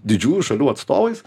didžiųjų šalių atstovais